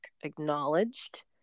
acknowledged